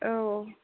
औ